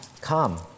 come